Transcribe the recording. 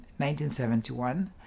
1971